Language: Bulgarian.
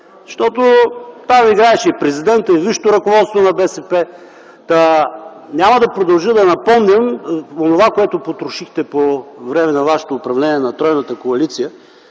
Там играеше и президентът, и висшето ръководство на БСП. Няма да продължа да напомням онова, което потрошихте по време на управлението на тройната коалиция.